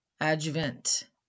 adjuvant